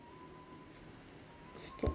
stop